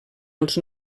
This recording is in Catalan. els